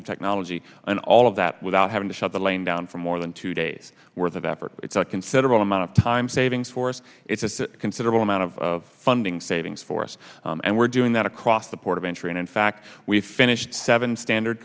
of technology and all of that without having to shut the lane down for more than two days worth of effort it's a considerable amount of time savings for us it's a considerable amount of funding savings for us and we're doing that across the port of entry and in fact we finished seven standard